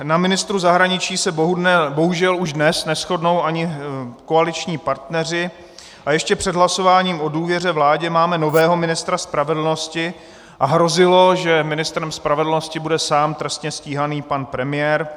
Na ministru zahraničí se bohužel už dnes neshodnou ani koaliční partneři a ještě před hlasováním o důvěře vládě máme nového ministra spravedlnosti a hrozilo, že ministrem spravedlnosti bude sám trestně stíhaný pan premiér.